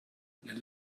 nel